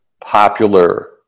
popular